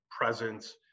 presence